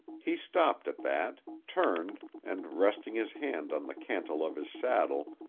he stopped at that, turned, and, resting his hand on the cantle of his saddle,